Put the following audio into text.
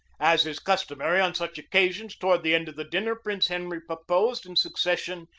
as is customary on such occasions, toward the end of the dinner prince henry proposed, in succes sion,